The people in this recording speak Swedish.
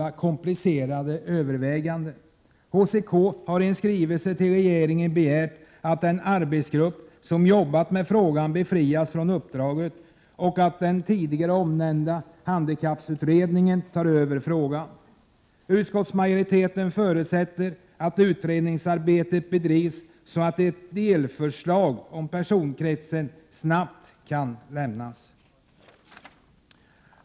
Handikapporganisationernas centralkommitté, HCK, har i en skrivelse till regeringen begärt att den arbetsgrupp som arbetar med frågan befrias från uppdraget och att den tidigare omnämnda handikapputredningen skall ta över frågan. Utskottsmajoriteten förutsätter att utredningsarbetet bedrivs så att ett delförslag om personkretsen snart kan lämnas.